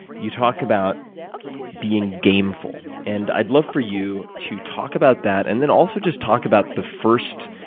you talk about being gameful. and i'd love for you to talk about that and then also just talk about the first